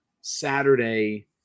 Saturday